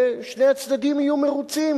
ושני הצדדים יהיו מרוצים.